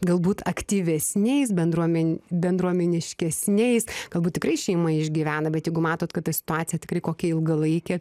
galbūt aktyvesniais bendruomen bendruomeniškesniais galbūt tikrai šeima išgyvena bet jeigu matot kad ta situacija tikrai kokia ilgalaikė